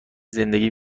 زندگی